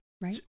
right